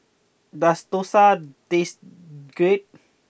does Dosa taste good